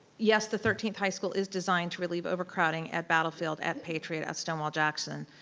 yes the thirteenth high school is designed to relieve overcrowding at battlefield, at patriot, at stonewall jackson.